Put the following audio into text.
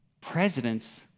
presidents